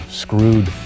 screwed